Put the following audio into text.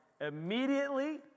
immediately